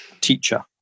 teacher